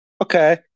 Okay